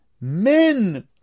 men